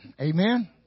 Amen